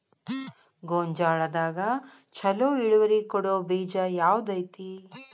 ಗೊಂಜಾಳದಾಗ ಛಲೋ ಇಳುವರಿ ಕೊಡೊ ಬೇಜ ಯಾವ್ದ್ ಐತಿ?